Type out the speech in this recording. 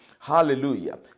Hallelujah